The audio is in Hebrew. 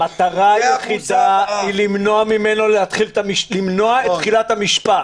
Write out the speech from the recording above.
המטרה היחידה היא למנוע את תחילת המשפט.